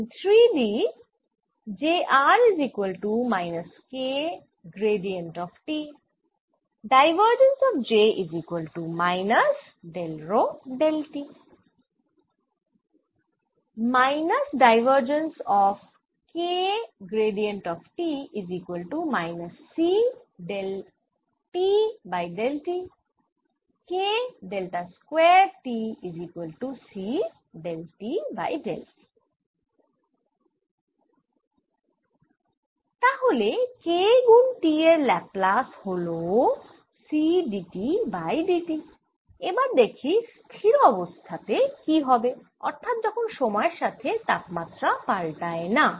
তাহলে K গুণ T এর ল্যাপ্লাস হল C d T by d t এবার দেখি স্থির অবস্থা তে কি হবে অর্থাৎ যখন সময়ের সাথে তাপমাত্রা পাল্টায় না